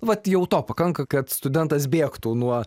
vat jau to pakanka kad studentas bėgtų nuo